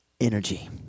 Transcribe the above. energy